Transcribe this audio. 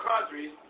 countries